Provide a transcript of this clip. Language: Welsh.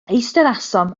eisteddasom